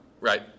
Right